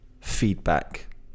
feedback